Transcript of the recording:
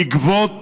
לגבות